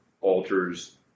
altars